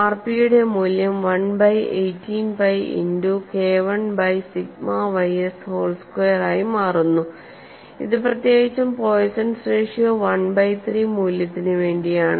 ആർപിയുടെ മൂല്യം 1 by 18 pi into KI by sigma ys whole square ആയി മാറുന്നു ഇത് പ്രത്യേകിച്ചും പോയ്സൻസ് റേഷ്യോ 1 ബൈ 3 മൂല്യത്തിന് വേണ്ടിയാണ്